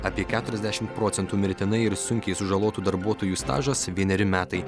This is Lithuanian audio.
apie keturiasdešimt procentų mirtinai ir sunkiai sužalotų darbuotojų stažas vieneri metai